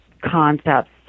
concepts